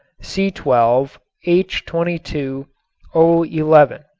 c twelve h twenty two o eleven.